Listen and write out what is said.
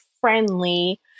friendly